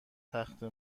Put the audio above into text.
تخته